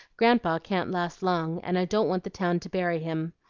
grandpa can't last long, and i don't want the town to bury him.